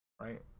right